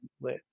lit